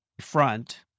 front